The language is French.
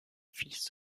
fils